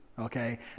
okay